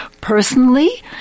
personally